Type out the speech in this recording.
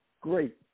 great